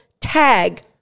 tag